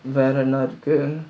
வேற என்ன இருக்கு:vera enna irukku